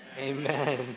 Amen